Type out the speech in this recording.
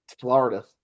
Florida